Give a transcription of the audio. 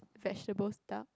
vegetable duck